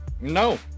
No